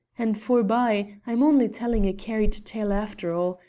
and, forbye, i'm only telling a carried tale after all.